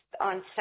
on